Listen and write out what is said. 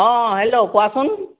অ hello কোৱাচোন